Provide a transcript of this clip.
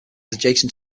adjacent